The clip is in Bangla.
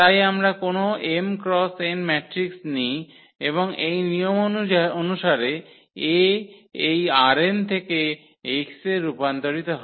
তাই আমরা কোনও m×n ম্যাট্রিক্স নিই এবং এই নিয়ম অনুসারে A এই ℝn থেকে X এর রূপান্তর হয়